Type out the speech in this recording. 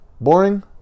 boring